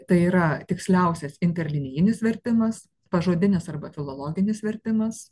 tai yra tiksliausias interlinijinis vertimas pažodinis arba filologinis vertimas